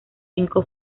cinco